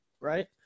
right